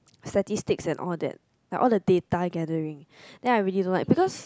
statistic and all that all the data gathering then I really don't like because